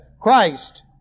Christ